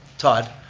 todd,